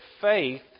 faith